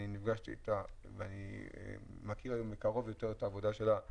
אני נפגשתי איתה ואני מכיר היום מקרוב יותר את העבודה שלה.